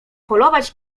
polować